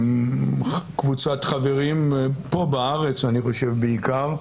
לקבוצת חברים פה בארץ אני חושב בעיקר,